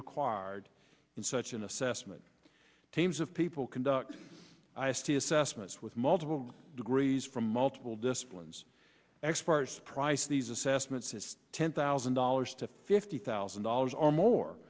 required in such an assessment teams of people conducting ice t assessments with multiple degrees from multiple disciplines experts price these assessments is ten thousand dollars to fifty thousand dollars or more